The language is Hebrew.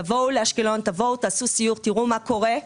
תבוא לאשקלון, תעשו סיור, תראו מה קורה.